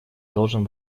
должен